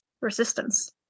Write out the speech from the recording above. resistance